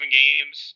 games